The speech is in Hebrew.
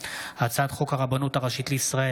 2024,